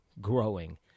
growing